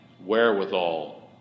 wherewithal